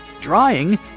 drying